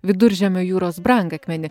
viduržemio jūros brangakmenį